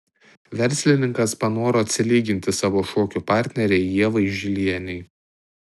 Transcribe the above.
verslininkas panoro atsilyginti savo šokių partnerei ievai žilienei